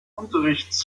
unterrichts